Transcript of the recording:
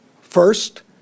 First